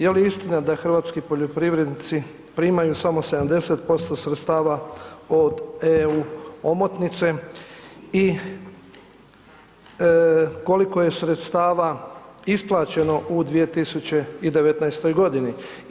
Je li istina da hrvatski poljoprivrednici primaju samo 70% sredstava od EU omotnice i koliko je sredstava isplaćeno u 2019. godini?